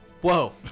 Whoa